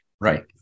Right